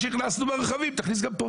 אני אומר שכמו שהכנסנו ברכבים, תכניס גם כאן.